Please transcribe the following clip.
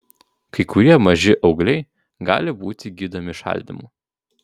kai kurie maži augliai gali būti gydomi šaldymu